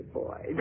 boy